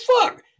fuck